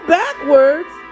backwards